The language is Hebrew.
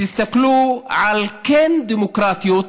תסתכלו על דמוקרטיות,